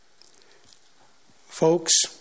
Folks